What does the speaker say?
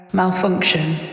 malfunction